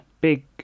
big